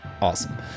awesome